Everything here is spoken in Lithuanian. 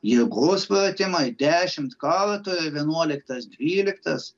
jėgos pratimai dešimt kartų ir vienuoliktas dvyliktas